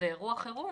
באירוע חירום,